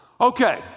Okay